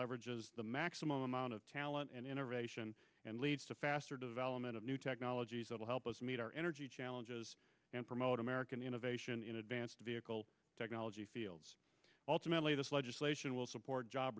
leverage is the maximum amount of talent and innovation and leads to faster development of new technologies that will help us meet our energy challenges most american innovation in advanced vehicle technology fields ultimately this legislation will support job